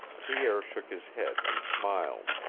pierre shook his head and smiled.